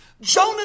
Jonah